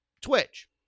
Twitch